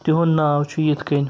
تِہُنٛد ناو چھُ یِتھ کٔنۍ